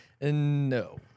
No